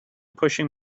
pushing